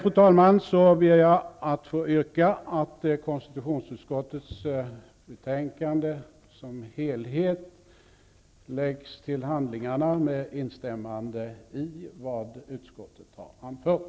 Fru talman! Med detta vill jag yrka att konstitutionsutskottets betänkande som helhet läggs till handlingarna med instämmande i vad utskottet har anfört.